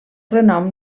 renom